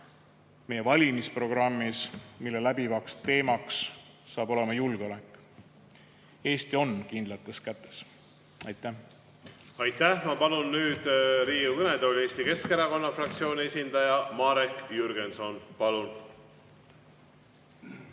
meie valimisprogrammis, mille läbivaks teemaks saab olema julgeolek. Eesti on kindlates kätes. Aitäh! Aitäh! Ma palun nüüd Riigikogu kõnetooli Eesti Keskerakonna fraktsiooni esindaja Marek Jürgensoni.